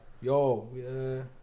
Yo